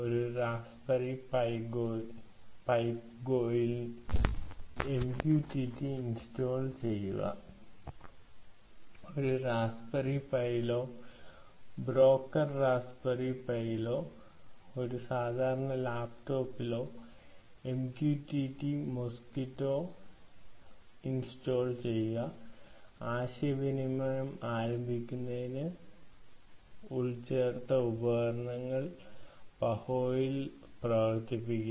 ഒരു റാസ്ബെറി പൈപ്പ്ഗോയിൽ MQTT install ചെയ്യുക ഒരു റാസ്ബെറി പൈയിലോ ബ്രോക്കർ റാസ്ബെറി പൈയിലോ ഒരു സാധാരണ ലാപ്ടോപ്പിലോ MQTT മോസ്ക്വിറ്റോ ഇൻസ്റ്റാൾ ചെയ്യുക ആശയവിനിമയം ആരംഭിക്കുന്നതിന് ഉപകരണങ്ങളിൽ പഹോ പ്രവർത്തിപ്പിക്കുക